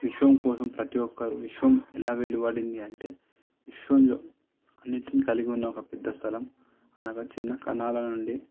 విశ్వం కోసం ప్రతీ ఒక్కరూ విశ్వం ఎలా వెలువడింది అంటే విశ్వంలో అన్నింటినీ కలిగి ఉన్న ఒక పెద్ద స్థలం అనగా చిన్న కణాల నుండి